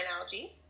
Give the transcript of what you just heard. algae